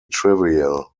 trivial